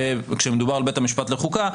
כשמדובר על בית המשפט לחוקה,